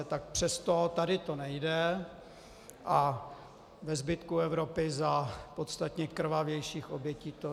Tak přesto tady to nejde a ve zbytku Evropy za podstatně krvavějších obětí to jde.